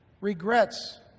Regrets